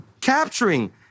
capturing